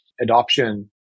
adoption